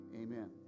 Amen